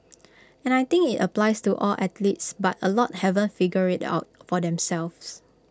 and I think IT applies to all athletes but A lot haven't figured IT out for themselves